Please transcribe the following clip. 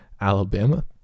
Alabama